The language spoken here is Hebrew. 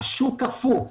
השוק קפוא.